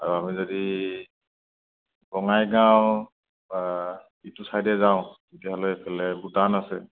আৰু আমি যদি বঙাইগাঁও বা ইটো ছাইডে যাওঁ তেতিয়াহ'লে ফালে ভূটান আছে